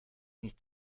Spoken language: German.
nicht